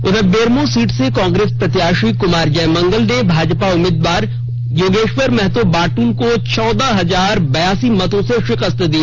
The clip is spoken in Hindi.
उधर बेरमो सीट से कांग्रेस प्रत्याशी कुमार जयमंगल ने भाजपा उम्मीदवार योगेश्वर महतो बाटुल को चौदह हजार बयासी मतों से शिकस्त दी